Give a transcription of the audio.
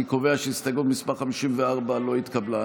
אני קובע שהסתייגות מס' 54 לא התקבלה.